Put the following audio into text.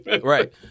right